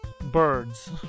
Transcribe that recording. birds